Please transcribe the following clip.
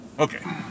Okay